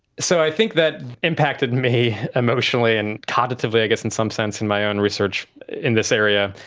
so i think that impacted me emotionally and cognitively i guess in some sense in my own research in this area.